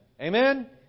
Amen